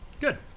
good